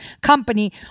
company